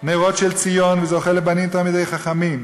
נרות של ציון וזוכה לבנים תלמידי חכמים.